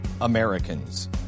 Americans